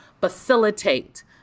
facilitate